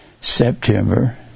September